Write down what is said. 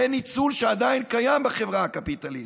זה ניצול שעדיין קיים בחברה הקפיטליסטית.